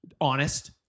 Honest